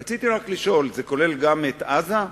רציתי רק לשאול: זה כולל גם את עזה?